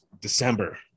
December